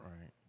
Right